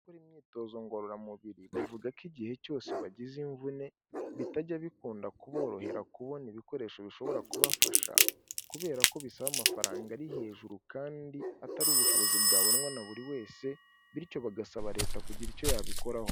Gukora imyitozo ngororamubiri; bavuga ko igihe cyose bagize imvune, bitajya bikunda kuborohera kubona ibikoresho bishobora kubafasha, kubera ko bisaba amafaranga ari hejuru kandi atari ubushobozi bwabonwa na buri wese, bityo bagasaba leta kugira icyo yabikoraho.